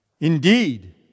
Indeed